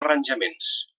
arranjaments